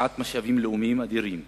השקעת משאבים לאומיים אדירים